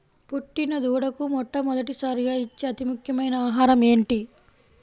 పుట్టిన దూడకు మొట్టమొదటిసారిగా ఇచ్చే అతి ముఖ్యమైన ఆహారము ఏంటి?